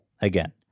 again